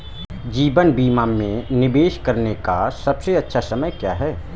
जीवन बीमा में निवेश करने का सबसे अच्छा समय क्या है?